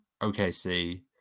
OKC